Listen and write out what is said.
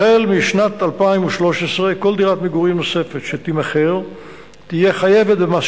החל משנת 2013 כל דירת מגורים נוספת שתימכר תהיה חייבת במס